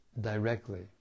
directly